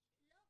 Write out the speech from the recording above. לא,